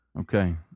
Okay